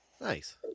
Nice